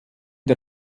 der